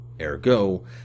Ergo